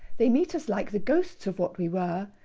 they meet us like the ghosts of what we were,